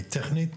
היא טכנית?